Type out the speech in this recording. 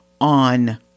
on